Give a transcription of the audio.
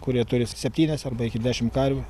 kurie turi septynias arba iki dešim karvių